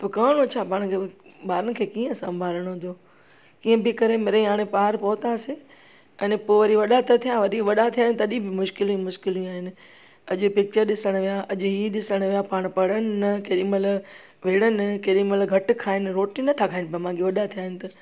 त करिणो छा ॿारनि खे कीअं संभालणो हूंदो कीअं बि करे मिरे हाणे पार पहुता से अने पो वरी वॾा त थिया वरी वॾा थिया तॾहिं बि मुश्किलूं मुश्किलूं आहिनि अॼु पिचर ॾिसण विया अॼु ई ॾिसण विया पाण पढ़ण न केॾीमहिल विड़नि केॾीमहिल घटि खाइनि रोटी नथा खाइन पर मागे ई वॾा थिया आहिनि त